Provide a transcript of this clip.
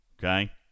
Okay